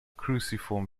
cruciform